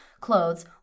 clothes